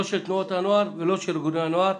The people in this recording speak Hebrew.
לא של תנועות הנוער ולא של ארגוני הנוער.